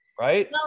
Right